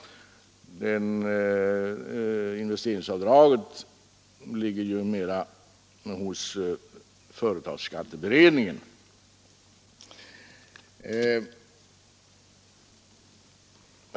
Investeringsavdraget ligger ju mera hos företagsskatteberedningen.